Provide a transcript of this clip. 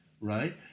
right